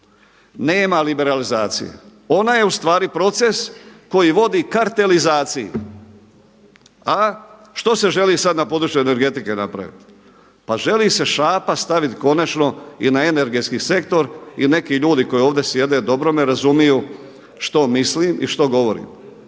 Nema liberalizacije. Ona je u stvari proces koji vodi kartelizaciji. A što se želi sad na području energetike napraviti? Pa želi se šapa stavit konačno i na energetski sektor i neki ljudi koji ovdje sjede dobro me razumiju što mislim i što govorim,